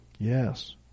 Yes